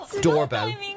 Doorbell